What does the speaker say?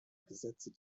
gesetze